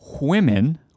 women